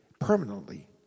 permanently